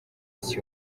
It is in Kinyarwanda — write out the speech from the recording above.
isi